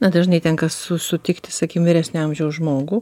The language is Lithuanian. na dažnai tenka su sutikti sakykim vyresnio amžiaus žmogų